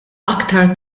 aktar